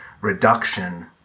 reduction